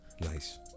Nice